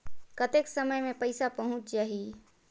कतेक समय मे पइसा पहुंच जाही?